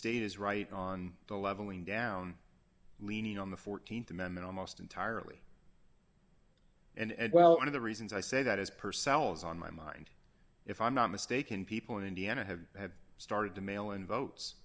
state is right on the leveling down leaning on the th amendment almost entirely and well one of the reasons i say that is purcell's on my mind if i'm not mistaken people in indiana have had started to mail in votes